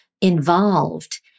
involved